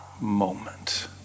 moment